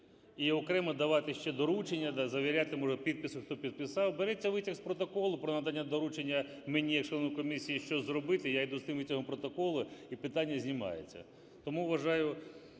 І окремо давати ще доручення, да, завіряти, може, підписом, хто підписав… Береться витяг з протоколу про надання доручення мені як члену комісії, що зробити, я йду з тим витягом протоколу – і питання знімається. Тому вважаю…